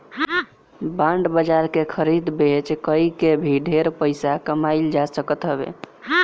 bond बाजार के खरीद बेच कई के भी ढेर पईसा कमाईल जा सकत हवे